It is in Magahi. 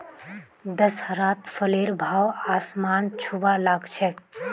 दशहरात फलेर भाव आसमान छूबा ला ग छेक